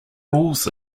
rules